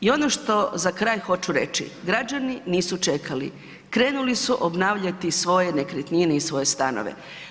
I ono što za kraj hoću reći, građani nisu čekali krenuli su obnavljati svoje nekretnine i svoje stanove.